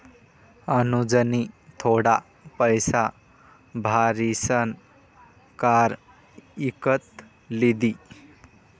अनुजनी थोडा पैसा भारीसन कार इकत लिदी